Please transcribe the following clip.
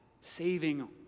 saving